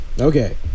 Okay